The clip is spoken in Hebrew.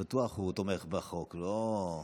בטוח הוא תומך בחוק, לא?